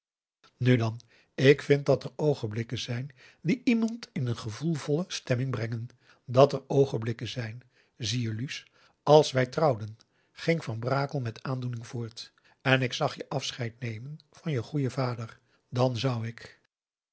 nu dan ik vind dat er oogenblikken zijn die iemand in een gevoelvolle stemming brengen dat er oogenblikken zijn zie je luus als wij trouwden ging van brakel met aandoening voort en ik zag je afscheid nemen van je goeje vader dan zou ik